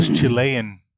Chilean